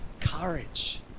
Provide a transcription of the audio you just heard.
courage